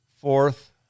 fourth